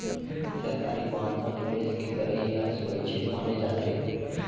सरकारी बांड म निवेस के करई ह सुरक्छित माने जाथे